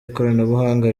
ikoranabuhanga